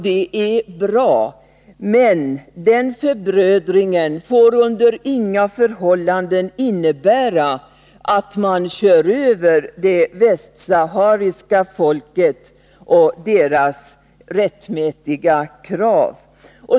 Det är bra, men den förbrödningen får under inga förhållanden innebära att man kör över det västsahariska folket och dess rättmätiga krav.